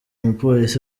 mupolisi